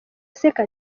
aseka